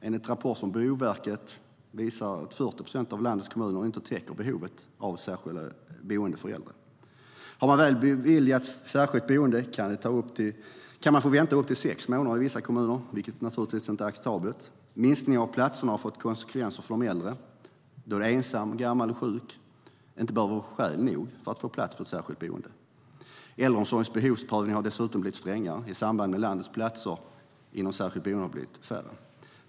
En rapport från Boverket visar att 40 procent av landets kommuner inte täcker behovet av särskilda boenden för äldre. Har man väl beviljats särskilt boende kan man få vänta upp till sex månader i vissa kommuner, vilket naturligtvis inte är acceptabelt. Minskningen av antalet platser har fått konsekvenser för de äldre, då det inte är skäl nog att vara ensam, gammal och sjuk för att få plats på ett särskilt boende. Äldreomsorgens behovsprövning har dessutom blivit strängare i samband med att antalet platser i landet inom särskilt boende har blivit färre.